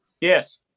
Yes